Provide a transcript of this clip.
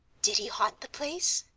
did he haunt the place?